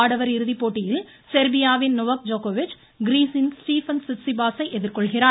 ஆடவர் இறுதிப்போட்டியில் சொ்பியாவின் நொவாக் ஜோக்கோவிச் கிரீஸின் ஸ்டீபென்ஸ் சிட்சிபாஸை எதிர்கொள்கிறார்